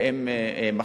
והם מחליטים.